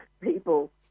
people